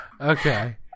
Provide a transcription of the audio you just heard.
okay